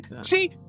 See